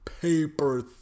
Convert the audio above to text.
paper